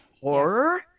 Horror